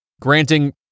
granting